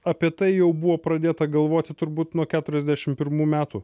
apie tai jau buvo pradėta galvoti turbūt nuo keturiasdešim pirmų metų